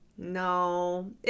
No